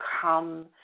come